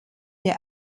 der